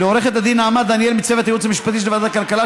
ולעורכת הדין נעמה דניאל מצוות הייעוץ המשפטי של ועדת הכלכלה,